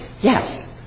Yes